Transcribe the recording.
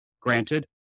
Granted